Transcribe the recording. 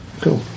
Cool